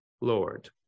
Lord